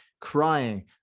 crying